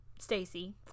Stacy